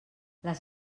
les